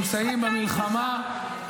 -- נמצאים במלחמה,